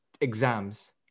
exams